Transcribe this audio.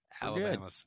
Alabama